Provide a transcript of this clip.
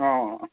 অ' অ'